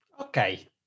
Okay